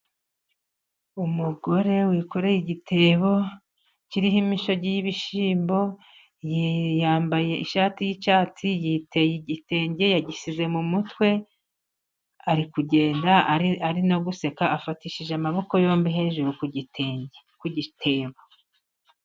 Umugore wikoreye igitebo kiriho imishagi y'ibishimbo yambaye ishati y'icyatsi, yiteye igitenge, yagisize mu mutwe, ari kugenda ari no guseka, afatishije amaboko yombi hejuru ku gitenge, ku gitebo.